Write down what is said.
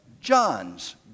John's